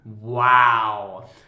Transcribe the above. Wow